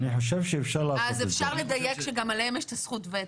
אז אפשר לדייק שגם עליהם יש את הזכות וטו.